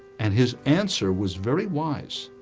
and his answer, was very wise?